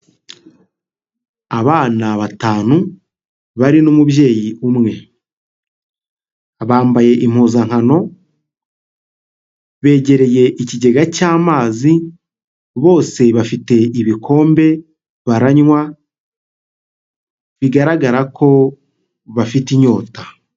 Abana batanu bari n'umubyeyi umwe, bambaye impuzankano begereye ikigega cy'amazi, bose bafite ibikombe baranywa bigaragara ko bafite inyota.